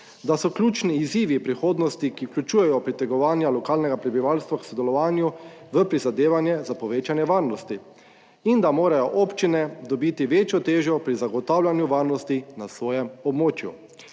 Da so ključni izzivi prihodnosti, ki vključujejo pritegovanja lokalnega prebivalstva k sodelovanju, v prizadevanje za povečanje varnosti in da morajo občine dobiti večjo težo pri zagotavljanju varnosti na svojem območju.